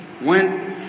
went